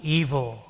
evil